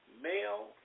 male